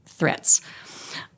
threats